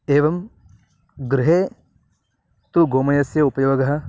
एवं गृहे तु गोमयस्य उपयोगः